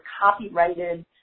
copyrighted